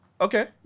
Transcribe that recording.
Okay